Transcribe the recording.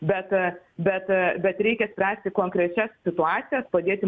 bet bet bet reikia spręsti konkrečias situacijas padėti